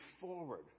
forward